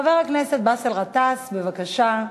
חבר הכנסת באסל גטאס, בבקשה,